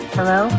Hello